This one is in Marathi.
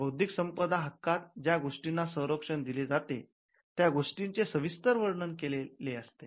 बौद्धिक संपदा हक्कात ज्या गोष्टींना संरक्षण दिले जाते त्या गोष्टींचे सविस्तर वर्णन केले असते